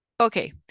Okay